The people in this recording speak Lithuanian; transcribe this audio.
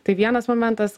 tai vienas momentas